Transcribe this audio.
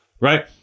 right